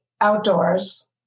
outdoors